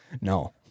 No